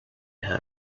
heard